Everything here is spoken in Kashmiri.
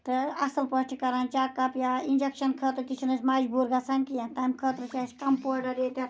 تہٕ اَصٕل پٲٹھۍ چھِ کَران چَیٚک اپ یا اِنجَکشَن خٲطرٕ تہِ چھِنہٕ أسۍ مجبوٗر گژھان کینٛہہ تَمہِ خٲطرٕ چھِ اَسہِ کَپوڈَر ییٚتٮ۪تھ